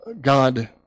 God